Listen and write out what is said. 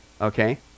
okay